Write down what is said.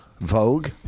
Vogue